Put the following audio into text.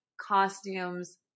costumes